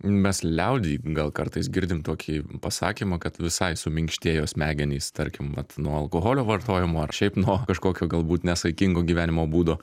mes liaudy gal kartais girdim tokį pasakymą kad visai suminkštėjo smegenys tarkim vat nuo alkoholio vartojimo ar šiaip nuo kažkokio galbūt nesaikingo gyvenimo būdo